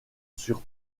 sur